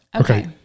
Okay